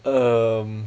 um